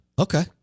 okay